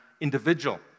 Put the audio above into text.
Individual